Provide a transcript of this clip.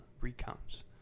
recounts